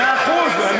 מאה אחוז.